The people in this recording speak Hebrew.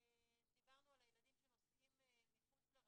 דיברנו על הילדים שנוסעים מחוץ לרשות.